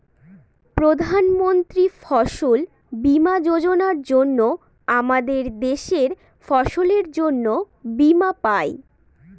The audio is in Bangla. প্রধান মন্ত্রী ফসল বীমা যোজনার জন্য আমাদের দেশের ফসলের জন্যে বীমা পাই